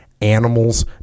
animals